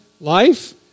life